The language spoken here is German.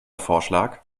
vorschlag